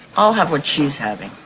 i'll have what she's having.